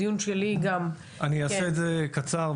אני אעשה את זה קצר.